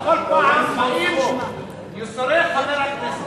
בכל פעם באים מיוסרי חבר הכנסת.